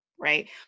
right